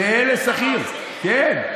זהה לשכיר, כן.